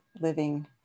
living